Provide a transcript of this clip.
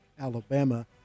Alabama